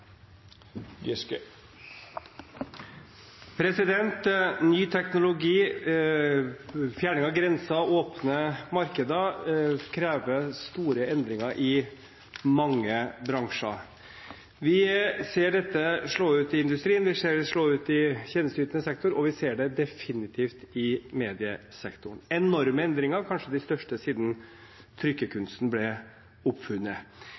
Ny teknologi, fjerning av grenser og åpne markeder krever store endringer i mange bransjer. Vi ser dette slå ut i industrien, vi ser det slå ut i tjenesteytende sektor, og vi ser det definitivt i mediesektoren – enorme endringer, kanskje de største siden trykkekunsten ble oppfunnet.